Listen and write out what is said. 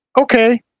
okay